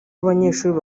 abanyeshuri